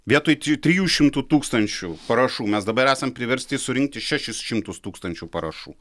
vietoj ti trijų šimtų tūkstančių parašų mes dabar esam priversti surinkti šešis šimtus tūkstančių parašų